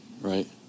Right